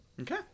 Okay